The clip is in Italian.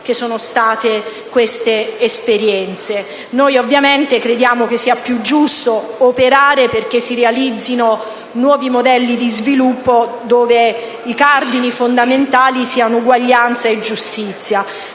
da queste esperienze. Noi ovviamente riteniamo più giusto operare perché si realizzino nuovi modelli di sviluppo dove i cardini fondamentali siano eguaglianza e giustizia.